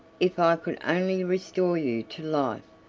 if i could only restore you to life,